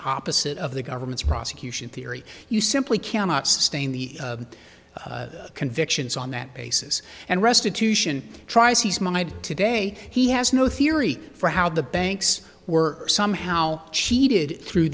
opposite of the government's prosecution theory you simply cannot sustain the convictions on that basis and restitution tries he's my today he has no theory for how the banks were somehow cheated through